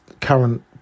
current